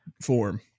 form